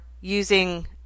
using